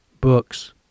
books